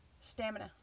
stamina